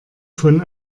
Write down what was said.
von